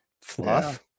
fluff